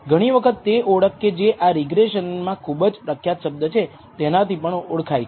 ઘણી વખત તે ઓળખ કે જે રિગ્રેસનમા ખૂબ જ પ્રખ્યાત શબ્દ છે તેનાથી પણ ઓળખાય છે